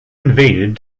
invaded